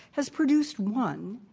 has produced one.